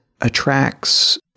attracts